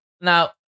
now